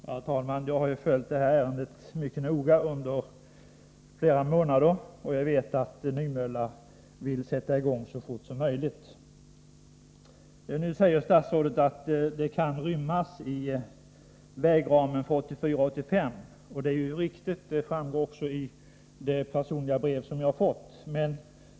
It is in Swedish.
Herr talman! Jag har följt det här ärendet mycket noga under flera månader och vet att Nymölla AB vill sätta i gång så fort som möjligt. Nu säger statsrådet att investeringen kan rymmas i vägramen för 1984/85. Detta är ju riktigt, vilket också framgår av det personliga brev som jag har fått.